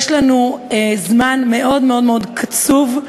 יש לנו זמן מאוד מאוד מאוד קצוב,